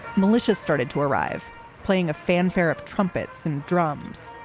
militias started to arrive playing a fanfare of trumpets and drums,